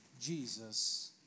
Jesus